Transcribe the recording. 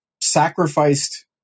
sacrificed